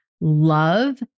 love